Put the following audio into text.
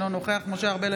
אינו נוכח משה ארבל,